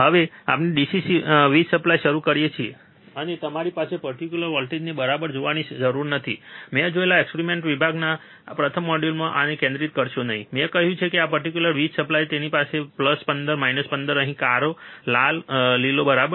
હવે આપણે DC વીજ સપ્લાય શરૂ કરી શકીએ છીએ અને તમારે આ પર્ટીક્યુલર વોલ્ટેજને બરાબર જોવાની જરૂર નથી મેં જોયેલા એક્સપેરિમેન્ટલ વિભાગના પ્રથમ મોડ્યુલમાં આને કેન્દ્રિત કરશો નહીં મેં કહ્યું છે કે આ પર્ટીક્યુલર વીજ સપ્લાય તેની પાસે છે પ્લસ 15 માઇનસ 15 અહીં લાલ કાળો અને લીલો બરાબર